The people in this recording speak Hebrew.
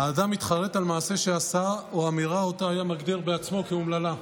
אדם מתחרט על מעשה שעשה או אמירה שאותה היה מגדיר בעצמו כאומללה.